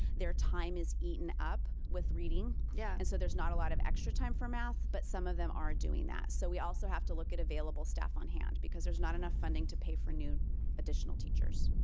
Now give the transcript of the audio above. they're time is eaten up with reading yeah and so there's not a lot of extra time for math, but some of them are doing that, so we also have to look at available staff on hand, because there's not enough funding to pay for new additional teachers.